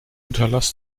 unterlass